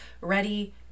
ready